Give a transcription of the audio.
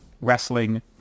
wrestling